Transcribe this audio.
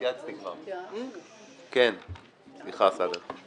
יראה לנכון להעביר דיון מהוועדה הזאת